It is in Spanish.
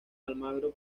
almagro